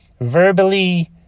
verbally